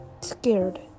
scared